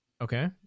okay